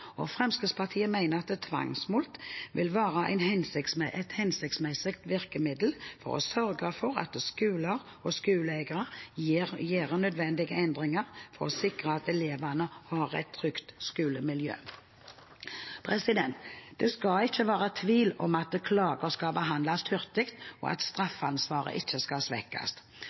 Fremskrittspartiet mener at tvangsmulkt vil være et hensiktsmessig virkemiddel for å sørge for at skoler og skoleeiere gjør nødvendige endringer for å sikre at elevene har et trygt skolemiljø. Det skal ikke være tvil om at klager skal behandles hurtig, og at straffeansvaret ikke skal svekkes.